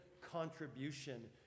contribution